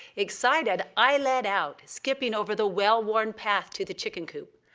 excited, i led out, skipping over the well-worn path to the chicken coop.